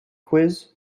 quiz